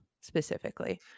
specifically